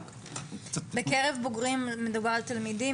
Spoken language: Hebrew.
בקרב בוגרים מדובר על תלמידים,